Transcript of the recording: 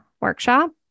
workshop